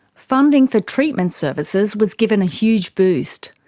funding for treatment services was given a huge boost.